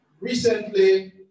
Recently